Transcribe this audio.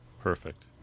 Perfect